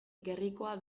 gerrikoa